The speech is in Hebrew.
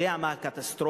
יודע מה הקטסטרופה.